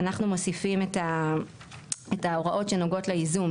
אנחנו מוסיפים את ההוראות שנוגעות לייזום,